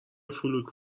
فلوت